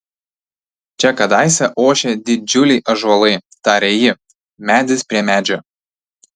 čia kadaise ošė didžiuliai ąžuolai tarė ji medis prie medžio